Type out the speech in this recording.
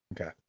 okay